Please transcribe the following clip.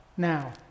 Now